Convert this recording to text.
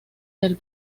del